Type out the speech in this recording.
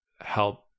help